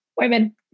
women